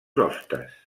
hostes